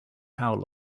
power